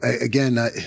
again